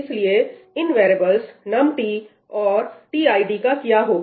इसलिए इन variables num t और tid का क्या होगा